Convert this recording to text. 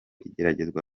igeragezwa